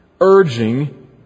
urging